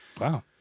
Wow